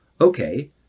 Okay